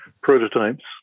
prototypes